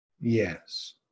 Yes